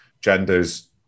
genders